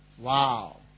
Wow